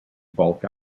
bulk